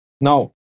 Now